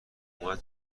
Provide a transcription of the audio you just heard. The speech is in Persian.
اومد